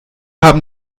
haben